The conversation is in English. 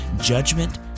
judgment